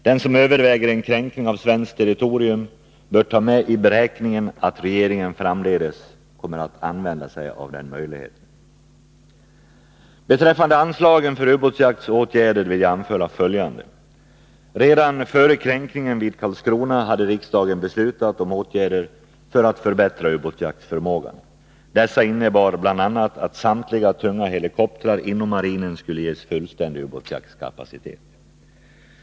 Den som överväger en kränkning av svenskt territorium bör ta med i beräkningen att regeringen framdeles kommer att använda sig av den möjligheten. Beträffande anslagen för ubåtsjaktsåtgärder vill jag anföra följande. Redan före kränkningen vid Karlskrona hade riksdagen beslutat om åtgärder för att förbättra ubåtsjaktsförmågan. Dessa innebar bl.a. att samtliga tunga helikoptrar inom marinen skulle ges fullständig utbåtsjaktskapacitet.